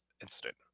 incident